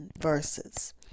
verses